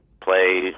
play